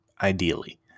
Ideally